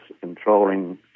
controlling